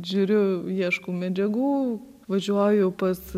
žiūriu ieškau medžiagų važiuoju pas